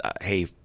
Hey